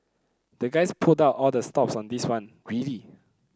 the guys pulled out all the stops on this one really